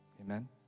amen